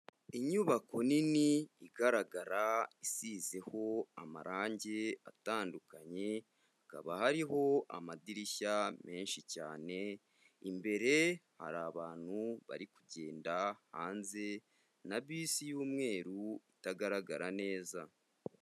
Inyubako nini igaragara isizeho amarange atandukanye, hakaba hariho amadirishya menshi cyane; imbere hari abantu bari kugenda hanze na bisi y'umweru itagaragara neza.